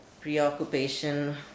preoccupation